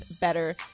better